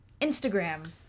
Instagram